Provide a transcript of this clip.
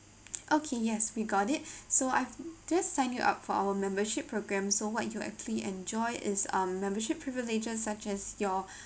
okay yes we got it so I just sign you up for our membership program so what you actually enjoy is um membership privileges such as your